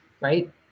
right